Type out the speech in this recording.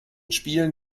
spielen